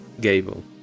gable